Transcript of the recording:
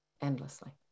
endlessly